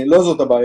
לא זאת הבעיה.